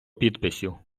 підписів